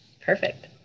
Perfect